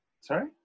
Sorry